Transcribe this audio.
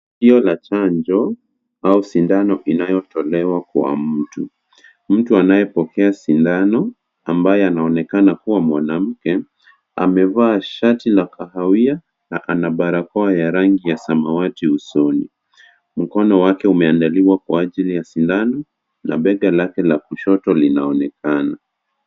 Tukio la chanjo au sindano inayotolwea kwa mtu. Mtu anayepokea sindano ambaye anaonekana kuwa mwanamke, amevaa shati ya kahawia na ana barakao ya rangi ya samawati usoni. Mkono wake umeandaliwa kwa ajili ya sindano, na bega lake la kushoto linaonekana.